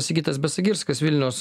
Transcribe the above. sigitas besagirskas vilnius